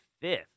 fifth